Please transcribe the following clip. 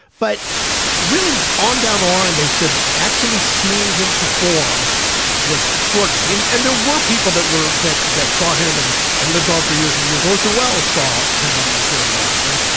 but really, on down the line, they said actually seeing him perform was extraordinary. and and there were people that were that that saw him and and lived on for years and years. orson welles saw him when he was very young and,